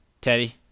Teddy